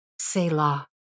Selah